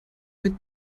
mit